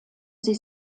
sie